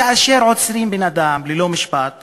כאשר עוצרים בן-אדם ללא משפט,